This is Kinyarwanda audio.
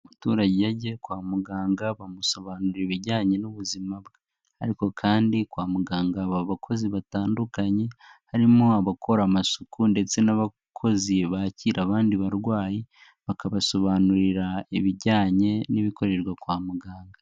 Umuturage iyo agiye kwa muganga bamusobanurira ibijyanye n'ubuzima bwe, ariko kandi kwa muganga haba abakozi batandukanye, harimo abakora amasuku ndetse n'abakozi bakira abandi barwayi, bakabasobanurira ibijyanye n'ibikorerwa kwa muganga.